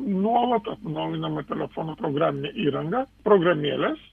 nuolat atnaujinama telefono programinė įranga programėlės